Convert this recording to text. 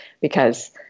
because-